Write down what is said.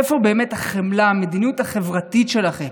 איפה באמת החמלה, המדיניות החברתית שלכם?